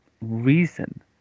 reason